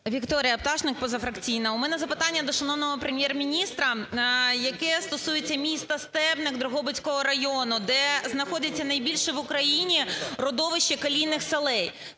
Вікторія Пташник, позафракційна. У мене запитання до шановного Прем'єр-міністра, яке стосується міста Стебник Дрогобицького району, де знаходиться найбільше в Україні родовище калійних солей.